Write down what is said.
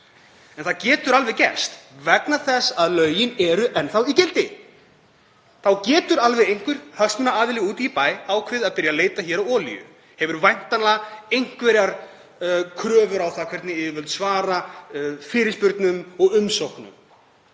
Það getur alveg gerst vegna þess að lögin eru enn í gildi. Þá getur einhver hagsmunaaðili úti í bæ ákveðið að byrja að leita að olíu og hann hefur væntanlega einhverjar kröfur á það hvernig yfirvöld svara fyrirspurnum og umsóknum.